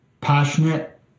passionate